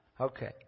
Okay